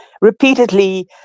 repeatedly